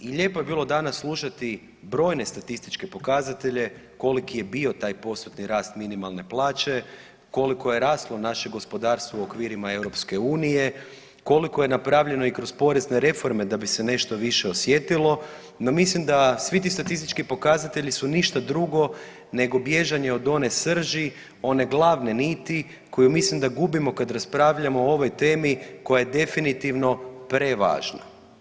I lijepo je bilo danas slušati brojne statističke pokazatelje koliki je bio taj postotni rast minimalne plaće, koliko je raslo naše gospodarstvo u okvirima EU, koliko je napravljeno i kroz porezne reforme da bi se nešto više osjetilo, no mislim da svi ti statistički pokazatelji su ništa drugo nego bježanje od one srži, one glavne niti koju mislim da gubimo kad raspravljamo o ovoj temi koja je definitivno prevažna.